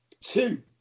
two